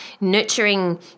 nurturing